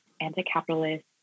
anti-capitalist